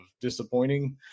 disappointing